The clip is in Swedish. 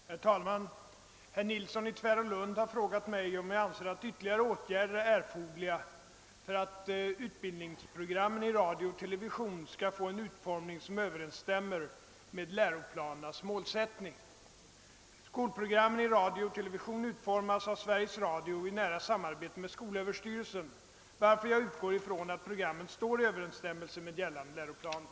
Herr talman! Herr Nilsson i Tvärålund har frågat mig om jag anser att ytterligare åtgärder är erforderliga för att utbildningsprogrammen i radio och television skall få en utformning som överensstämmer med läroplanernas målsättning. Skolprogrammen i radio och television utformas av Sveriges Radio i nära samarbete med skolöverstyrelsen, varför jag utgår ifrån att programmen står i överensstämmelse med gällande läroplaner.